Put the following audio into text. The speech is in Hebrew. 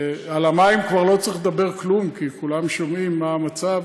על המים כבר לא צריך לדבר כלום כי כולם שומעים מה המצב,